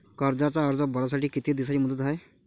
कर्जाचा अर्ज भरासाठी किती दिसाची मुदत हाय?